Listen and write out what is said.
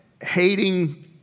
hating